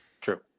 True